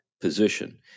position